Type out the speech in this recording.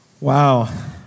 Wow